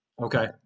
Okay